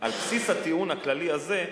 על בסיס הטיעון הכללי הזה,